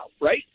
right